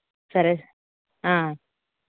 సరే సార్